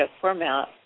format